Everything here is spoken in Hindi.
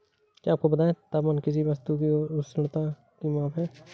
क्या आपको पता है तापमान किसी वस्तु की उष्णता की माप है?